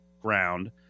ground